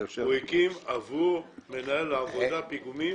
הוא הקים עבור מנהל העבודה פיגומים.